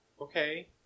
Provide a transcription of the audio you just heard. Okay